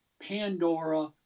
Pandora